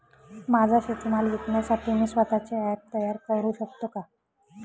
माझा शेतीमाल विकण्यासाठी मी स्वत:चे ॲप तयार करु शकतो का?